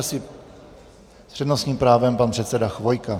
S přednostním právem pan předseda Chvojka.